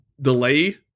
delay